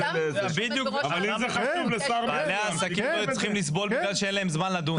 בעלי העסקים לא צריכים לסבול בגלל שאין להם זמן לדון.